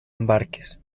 embarques